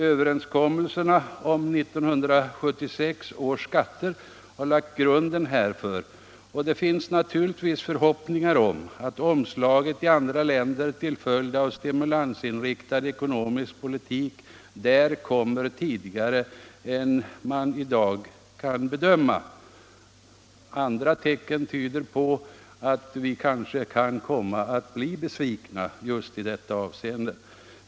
Överenskommelserna om 1976 års skatter har lagt grunden härför. Och det finns naturligtvis förhoppningar om att omslaget i andra länder till följd av en stimulansinriktad ekonomisk politik där kommer tidigare än man i dag kan bedöma. Andra tecken tyder på att vi kanske kommer att bli besvikna just i detta avseende.